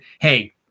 Hey